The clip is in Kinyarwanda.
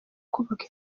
kubaka